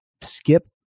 skip